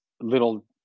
little